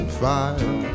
fire